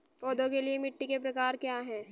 पौधों के लिए मिट्टी के प्रकार क्या हैं?